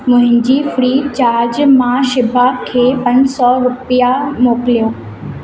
मुंहिंजी Freecharge मां शीबा खे पंज सौ रुपया मोकिलियो